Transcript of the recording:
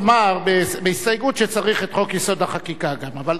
אתה תאמר בהסתייגות שצריך את חוק-יסוד: החקיקה גם.